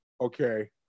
okay